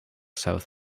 south